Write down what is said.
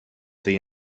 the